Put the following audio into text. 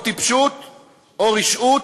או טיפשות או רשעות,